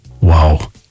Wow